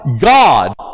God